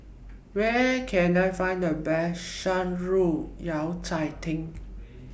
Where Can I Find The Best Shan Rui Yao Cai Tang